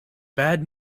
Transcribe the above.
bad